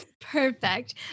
Perfect